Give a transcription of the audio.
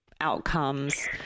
outcomes